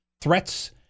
Threats